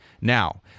Now